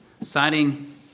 citing